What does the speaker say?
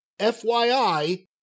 FYI